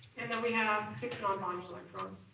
and then we have six non-bonding electrons,